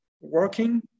working